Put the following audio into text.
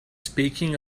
speaking